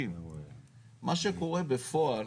50,000,000. מה שקורה בפועל,